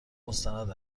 مستند